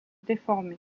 déformé